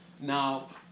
now